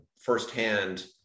firsthand